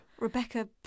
Rebecca